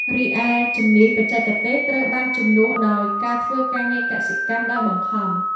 រីឯ ជំនាញបច្ចេកទេសត្រូវបានជំនួសដោយការធ្វើការងារកសិកម្មដោយបង្ខំ។